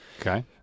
Okay